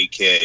AK